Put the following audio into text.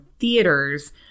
theaters